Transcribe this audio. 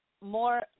more